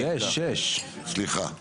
רגע סליחה,